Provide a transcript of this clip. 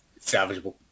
Salvageable